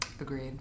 Agreed